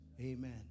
amen